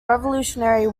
revolutionary